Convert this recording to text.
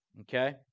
Okay